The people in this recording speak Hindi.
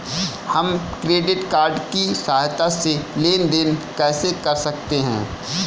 हम क्रेडिट कार्ड की सहायता से लेन देन कैसे कर सकते हैं?